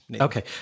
Okay